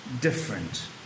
different